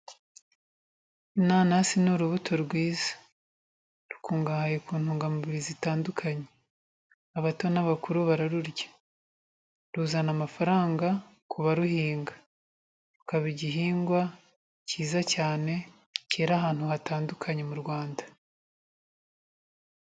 Inanasi ni urubuto rwiza rukungahaye ku ntungamubiri zitandukanye, abato n'abakuru bararurya ruzana amafaranga ku baruhinga, rukaba igihingwa cyiza cyane cyera ahantu hatandukanye mu Rwanda.